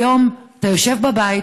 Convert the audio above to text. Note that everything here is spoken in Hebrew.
היום אתה יושב בבית,